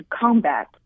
combat